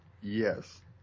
Yes